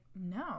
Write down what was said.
no